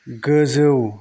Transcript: गोजौ